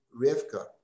Rivka